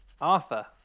Arthur